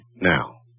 now